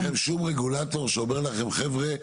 ואין לכם שום רגולטור שאומר לכם חבר'ה,